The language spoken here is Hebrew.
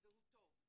והוא טוב,